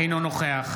אינו נוכח